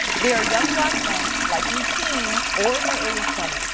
they are young black men, likely teens or in their early twenty s.